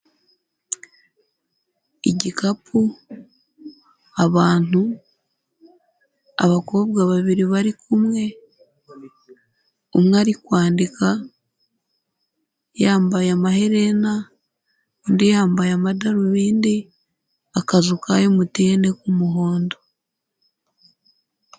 Igikapu, abantu, abakobwa babiri bari kumwe, umwe ari kwandika yambaye amaherena, undi yambaye amadarubindi, akazu ka MTN k'umuhondo.